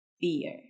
fear